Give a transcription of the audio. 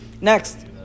Next